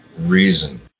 reason